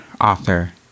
author